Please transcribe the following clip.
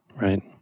right